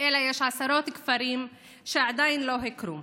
אלא יש עשרות כפרים שעדיין לא הוכרו.